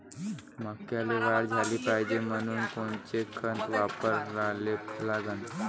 मक्याले वाढ झाली पाहिजे म्हनून कोनचे खतं वापराले लागन?